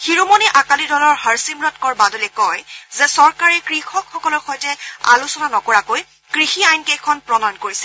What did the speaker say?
শিৰোমণি আকালি দলৰ হৰচিমৰৎ কৌৰ বাদলে কয় যে চৰকাৰে কৃষকসকলৰ সৈতে আলোচনা নকৰাকৈ কৃষি আইন কেইখন প্ৰণয়ন কৰিছে